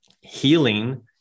healing